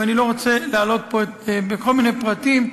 ואני לא רוצה להלאות פה בכל מיני פרטים.